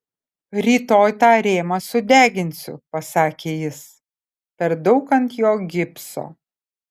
rytoj tą rėmą sudeginsiu pasakė jis per daug ant jo gipso